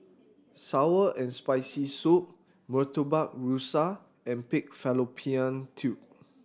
sour and Spicy Soup Murtabak Rusa and pig fallopian tube